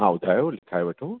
हा ॿुधायो लिखाए वठो